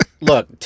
look